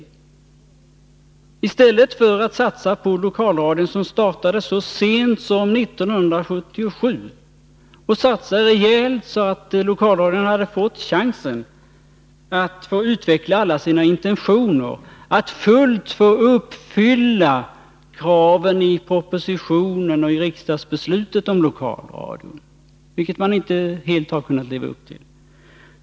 Man borde i stället ha satsat rejält på lokalradion, som startade så sent som 1977, så att den hade fått chansen att utveckla alla sina intentioner och helt uppfylla kraven i propositionen och riksdagsbeslutet om lokalradion, vilka den inte riktigt har kunnat leva upp till.